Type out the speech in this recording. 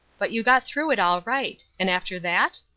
but you got through it all right. and after that?